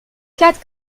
quatre